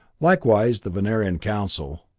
likewise the venerian council.